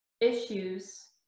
issues